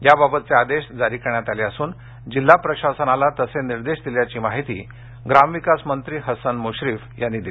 याबाबतचे आदेश जारी करण्यात आले असून जिल्हा प्रशासनाला तसे निर्देश दिल्याची माहिती ग्रामविकास मंत्री हसन मुश्रीफ यांनी दिली